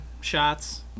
shots